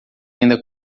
ainda